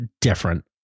different